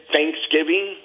Thanksgiving